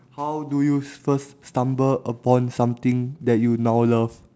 how do you first stumble upon something that you now love